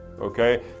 okay